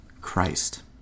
Christ